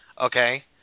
Okay